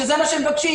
שזה מה שהם מבקשים.